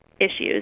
issues